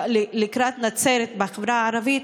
לנצרת בחברה הערבית,